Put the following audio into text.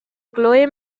chole